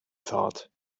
thought